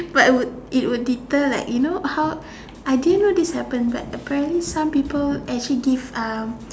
but would it would deter like you know how I didn't know this happened but apparently some people actually diff~ um